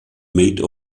made